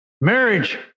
Marriage